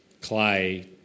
Clay